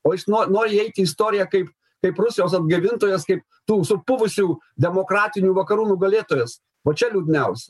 o jis no nori įeit į istoriją kaip kaip rusijos atgaivintojas kaip tų supuvusių demokratinių vakarų nugalėtojas vat čia liūdniausia